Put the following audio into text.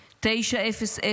9:00,